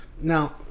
Now